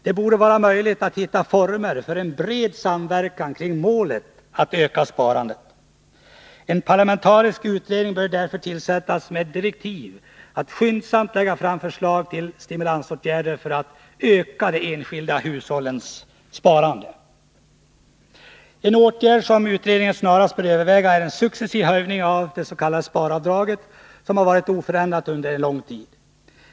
Det borde vara möjligt att hitta former för en bred samverkan kring målet att öka sparandet. En parlamentarisk utredning bör därför tillsättas med direktiv att skyndsamt lägga fram förslag till stimulansåtgärder för att öka de enskilda hushållens sparande. En åtgärd som utredningen snarast bör överväga är en successiv höjning av det s.k. sparavdraget, som har varit oförändrat under lång tid.